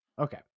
Okay